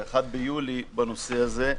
ב-1 ביולי, בנושא הזה,